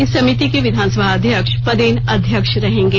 इस समिति के विधानसभा अध्यक्ष पदेन अध्यक्ष रहेंगे